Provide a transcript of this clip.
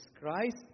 Christ